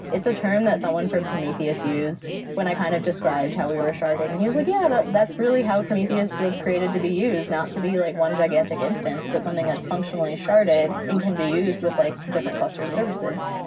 it's a term that someone from prometheus used when i kind of described how we were sharding. and he was like, yeah, that's really how prometheus was created to be used. not to be like one gigantic instance, but something that's functionally sharded and can be used with like clusters of services.